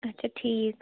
آچھا ٹھیٖک